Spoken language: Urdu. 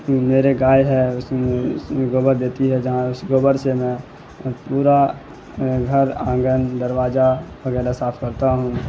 میرے گائے ہے اس گوبر دیتی ہے جہاں اس گوبر سے میں پورا گھر آنگن درواجہ وغیرہ صاف کرتا ہوں